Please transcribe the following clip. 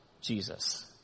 Jesus